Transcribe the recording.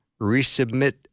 resubmit